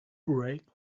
break